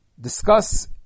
discuss